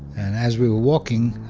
and as we were walking,